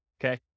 okay